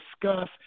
discuss